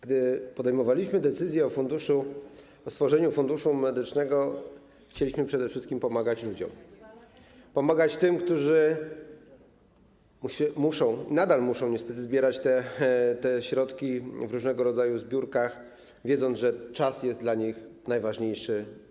Gdy podejmowaliśmy decyzję o stworzeniu Funduszu Medycznego, chcieliśmy przede wszystkim pomagać ludziom, pomagać tym, którzy niestety nadal muszą zbierać te środki w różnego rodzaju zbiórkach, wiedząc, że czas jest dla nich najważniejszy.